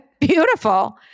beautiful